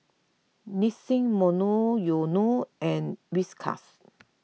Nissin Monoyono and Whiskas